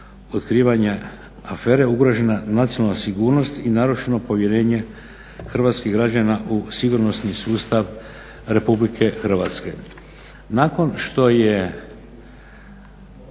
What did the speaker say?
otkrivanja afere ugrožena nacionalna sigurnost i narušeno povjerenje hrvatskih građana u sigurnosni sustav RH. Nakon što je